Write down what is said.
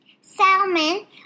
Salmon